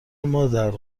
مادر